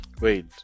wait